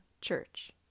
church